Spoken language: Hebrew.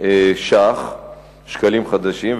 שקלים חדשים,